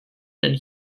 and